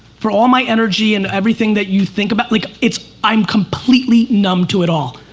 for all my energy and everything that you think about, like it's, i'm completely numb to it all.